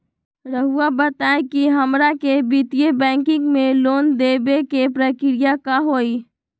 रहुआ बताएं कि हमरा के वित्तीय बैंकिंग में लोन दे बे के प्रक्रिया का होई?